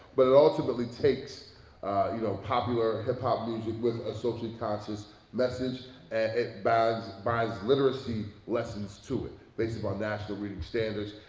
but it ultimately takes you know popular hip-hop music with a socially conscious message and it binds literacy lessons to it, based upon national reading standards.